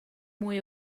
mwy